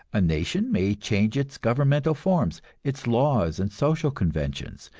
a nation may change its governmental forms, its laws and social conventions,